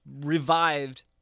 revived